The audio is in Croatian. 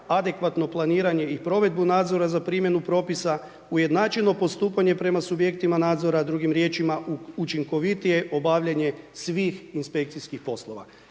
adekvatno planiranje i provedbu nadzora za primjenu propisa, ujednačeno postupanje prema subjektima nadzora, drugim riječima, učinkovitije obavljanja svih inspekcijskih poslova.